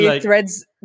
threads